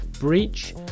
Breach